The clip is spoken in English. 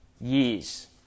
years